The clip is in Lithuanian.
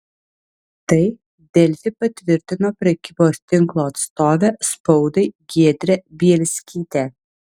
tai delfi patvirtino prekybos tinklo atstovė spaudai giedrė bielskytė